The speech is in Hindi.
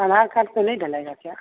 आधार कार्ड से नहीं डलेगा क्या